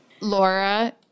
Laura